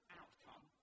outcome